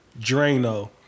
Drano